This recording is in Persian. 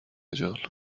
جان